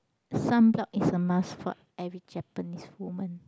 sun block is a must for every Japanese woman